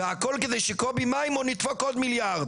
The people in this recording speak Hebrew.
והכול כדי שקובי מימון ידפוק עוד מיליארד.